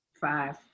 five